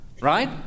right